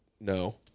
No